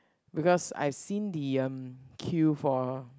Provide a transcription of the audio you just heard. because I seen the um queue for